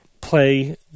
play